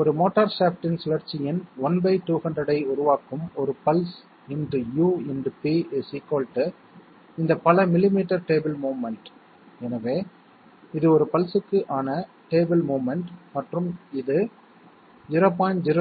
ஒரு மோட்டார் ஷாஃப்ட்டின் சுழற்சியின் 1200 ஐ உருவாக்கும் 1 பல்ஸ் × U × p இந்த பல மில்லிமீட்டர் டேபிள் மோவ்மென்ட் எனவே இது ஒரு பல்ஸ்க்கு ஆன டேபிள் மோவ்மென்ட் மற்றும் இது 0